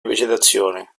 vegetazione